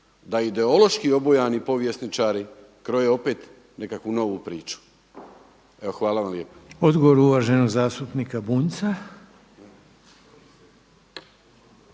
da ideološki obojeni povjesničari kroje opet nekakvu novu priču? Evo, hvala vam lijepo. **Reiner, Željko (HDZ)** Odgovor uvaženog zastupnika Bunjca.